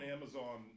Amazon